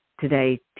today